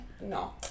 No